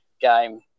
game